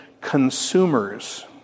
consumers